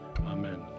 Amen